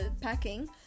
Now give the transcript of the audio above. packing